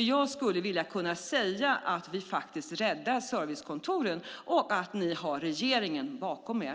Jag skulle vilja kunna säga att vi faktiskt räddar servicekontoren och att ni har regeringen bakom er.